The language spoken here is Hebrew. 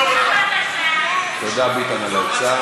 למה הוא עולה, תודה, ביטן, על העצה.